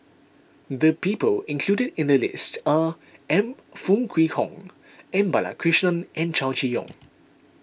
the people included in the list are M Foo Kwee Horng M Balakrishnan and Chow Chee Yong